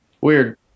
Weird